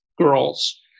girls